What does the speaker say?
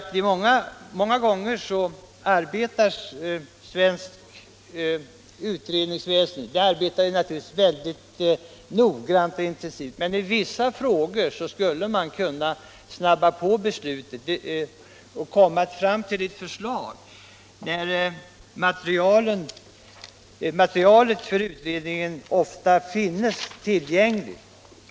Svenskt utredningsväsende arbetar naturligtvis mycket noggrant och intensivt, men i vissa frågor skulle man kunna arbeta snabbare och snabbt lägga fram förslag — materialet för utredningarna finns ju ofta tillgängligt.